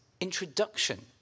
introduction